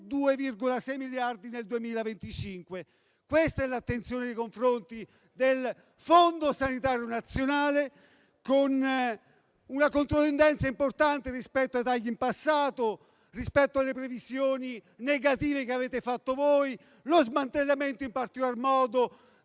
+2,6 miliardi di euro nel 2025. Questa è l'attenzione nei confronti del Fondo sanitario nazionale, con una controtendenza importante rispetto ai tagli del passato, rispetto alle previsioni negative che avete fatto voi e rispetto allo smantellamento